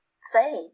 say